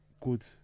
good